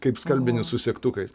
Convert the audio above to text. kaip skalbinius su segtukais